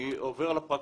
אני עובר לפרקטיקה.